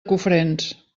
cofrents